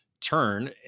turn